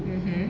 mmhmm